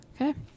okay